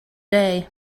day